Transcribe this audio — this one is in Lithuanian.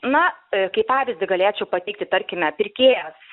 na kaip pavyzdį galėčiau pateikti tarkime pirkėjas